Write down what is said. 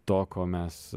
to ko mes